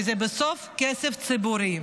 כי בסוף זה כסף ציבורי.